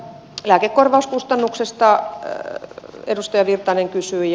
lääkekorvauskustannuksesta edustaja virtanen kysyi